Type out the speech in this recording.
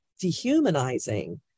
dehumanizing